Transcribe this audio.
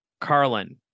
carlin